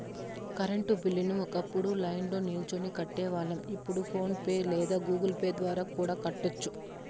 current బిల్లుని ఒకప్పుడు లైన్ల్నో నిల్చొని కట్టేవాళ్ళం, ఇప్పుడు ఫోన్ పే లేదా గుగుల్ పే ద్వారా కూడా కట్టొచ్చు